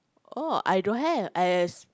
oh I don't have I has